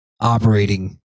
operating